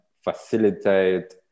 facilitate